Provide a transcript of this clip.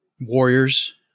warriors